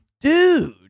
dude